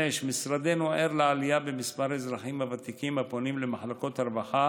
משרדנו ער לעלייה במספר האזרחים הוותיקים הפונים למחלקות הרווחה,